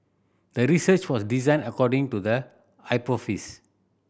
the research was designed according to the